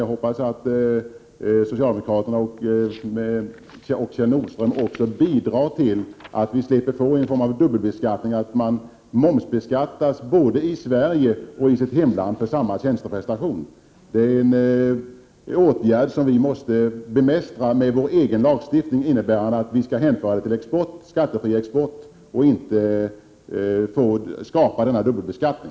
Jag hoppas att socialdemokraterna inkl. Kjell Nordström bidrar till att vi slipper från dubbelbeskattning, att man momsbeskattas både i Sverige och i hemlandet för samma tjänsteprestation. Vi måste bemästra det med vår egen lagstiftning innebärande att vi skall hänföra till skattefri export i stället för att skapa denna dubbelbeskattning.